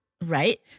Right